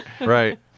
Right